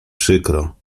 przykro